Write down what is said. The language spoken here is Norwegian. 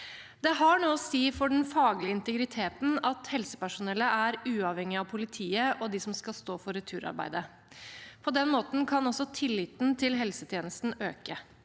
Det har noe å si for den faglige integriteten at helsepersonellet er uavhengig av politiet og dem som skal stå for returarbeidet. På den måten kan også tilliten til helsetjenesten øke.